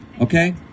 Okay